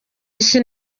isi